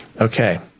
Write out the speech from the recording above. Okay